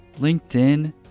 LinkedIn